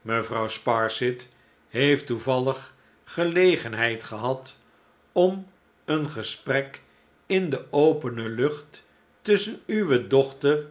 mevrouw sparsit heeft toevallig gelegenheid gehad om een gesprek in de opene lucht tusschen uwe dochter